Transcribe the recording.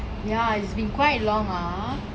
yeah it's been quite long ah